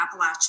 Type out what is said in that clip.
Appalachia